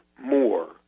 more